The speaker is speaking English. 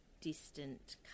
distant